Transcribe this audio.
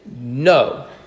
no